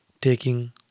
taking